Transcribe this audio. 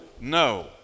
no